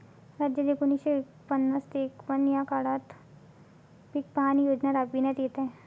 राज्यात एकोणीसशे पन्नास ते एकवन्न या काळात पीक पाहणी योजना राबविण्यात येत आहे